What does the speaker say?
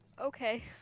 Okay